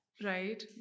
right